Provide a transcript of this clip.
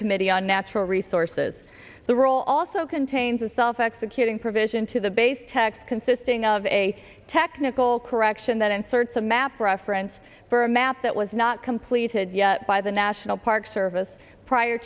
committee on natural resources the role also contains a self executing provision to the base text consisting of a technical correction that inserts a map reference for a map that was not completed yet by the national park service prior